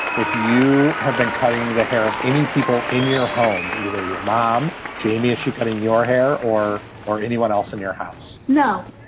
if you have been cutting the hair of any people in your home, either your mom, jamie, is she cutting your hair or or anyone else in your house? no.